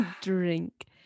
drink